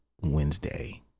Wednesday